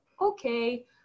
okay